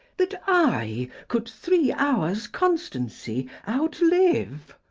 that i cou'd three hours constancy out-live.